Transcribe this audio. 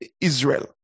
Israel